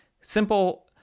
simple